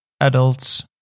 adults